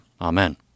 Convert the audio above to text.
Amen